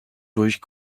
durch